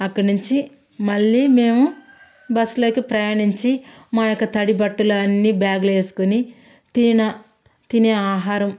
అక్కడి నుంచి మళ్ళీ మేము బస్లోకి ప్రయాణించి మా యొక్క తడి బట్టలు అన్ని బ్యాగ్లో వేసుకొని తిన తినే ఆహారం